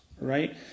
right